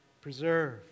preserve